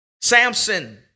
Samson